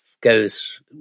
Goes